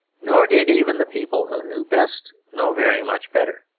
nor did even the people who knew best know very much better.